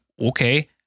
okay